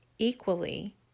equally